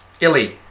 Illy